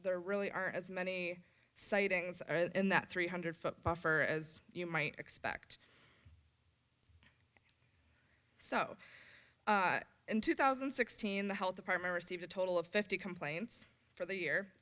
ere really are as many sightings in that three hundred foot buffer as you might expect so in two thousand and sixteen the health department received a total of fifty complaints for the year